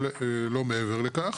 אבל לא מעבר לכך,